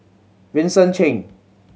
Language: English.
Vincent Cheng